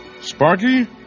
Sparky